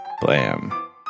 Blam